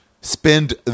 spend